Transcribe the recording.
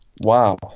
Wow